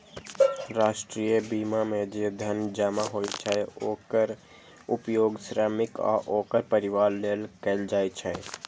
राष्ट्रीय बीमा मे जे धन जमा होइ छै, ओकर उपयोग श्रमिक आ ओकर परिवार लेल कैल जाइ छै